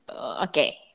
okay